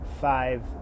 Five